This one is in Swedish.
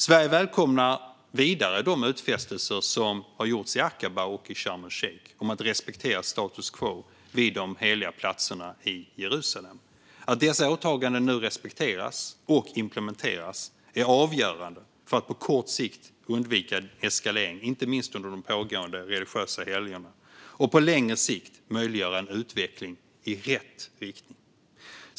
Sverige välkomnar vidare de utfästelser som har gjorts i Aqaba och i Sharm el-Sheikh om att respektera status quo vid de heliga platserna i Jerusalem. Att dessa åtaganden nu respekteras och implementeras är avgörande för att på kort sikt undvika eskalering, inte minst under de pågående religiösa helgerna, och på längre sikt möjliggöra en utveckling i rätt riktning.